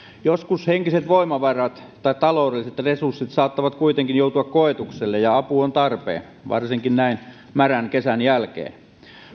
joskus henkiset voimavarat tai taloudelliset resurssit saattavat kuitenkin joutua koetukselle ja apu on tarpeen varsinkin näin märän kesän jälkeen